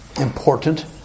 important